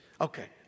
Okay